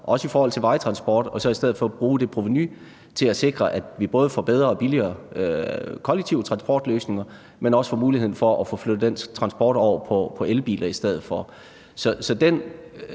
også i forhold til vejtransport. Vi kan så i stedet for bruge provenuet til at sikre, at vi får både bedre og billigere kollektive transportløsninger, men også får mulighed for at få flyttet den transport over på elbiler i stedet for.